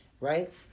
Right